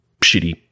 shitty